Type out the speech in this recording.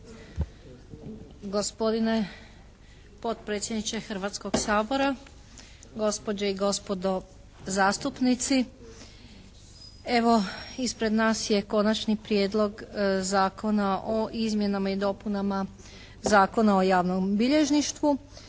Gospodine potpredsjedniče Hrvatskoga sabora, gospođe i gospodo zastupnici! Evo, ispred nas je Konačni prijedlog zakona o izmjenama i dopunama Zakona o javnom bilježništvu.